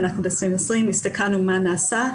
ב-2020 הסתכלנו מה נעשה.